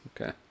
Okay